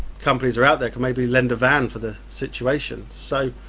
companies are out there, could maybe lend a van for the situation. so,